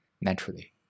naturally